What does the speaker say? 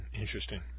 Interesting